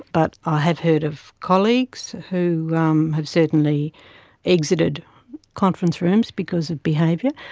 but i have heard of colleagues who um have certainly exited conference rooms because of behaviour.